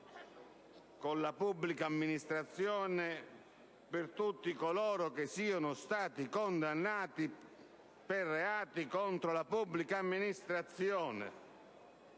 con la pubblica amministrazione per tutti coloro che siano stati condannati per reati contro la pubblica amministrazione,